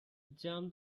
jump